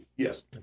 Yes